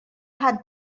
had